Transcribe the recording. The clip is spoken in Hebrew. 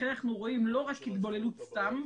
לכן אנחנו רואים לא רק התבוללות סתם,